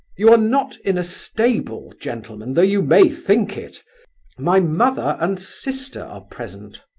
you are not in a stable, gentlemen, though you may think it my mother and sister are present.